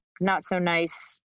not-so-nice